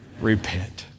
repent